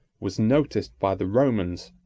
was noticed by the romans,